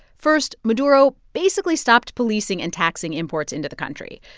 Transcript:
first, maduro basically stopped policing and taxing imports into the country.